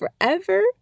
forever